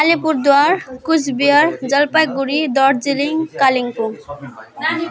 Alipurduar Cooch Behar Jalpaiguri Darjeeling Kalimpong